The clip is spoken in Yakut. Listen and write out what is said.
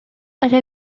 эрэ